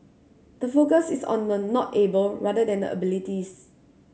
the focus is on the not able rather than the abilities